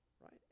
right